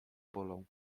bolą